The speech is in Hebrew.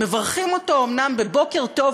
מברכים אותו אומנם ב"בוקר טוב,